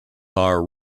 are